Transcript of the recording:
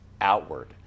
outward